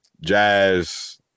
Jazz